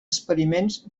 experiments